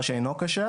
אבל את טועה.